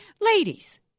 ladies